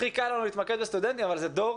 הכי קל לנו להתמקד בסטודנטים אבל זה דור